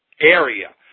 area